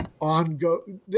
ongoing